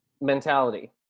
mentality